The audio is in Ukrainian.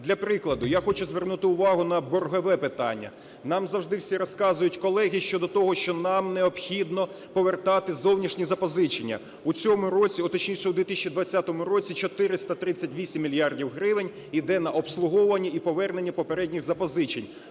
Для прикладу я хочу звернути увагу на боргове питання. Нам завжди всі розказують, колеги, щодо того, що нам необхідно повертати зовнішні запозичення. У цьому році, а точніше, у 2020-му році 438 мільярдів гривень іде на обслуговування і повернення попередніх запозичень.